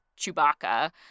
Chewbacca